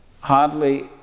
Hardly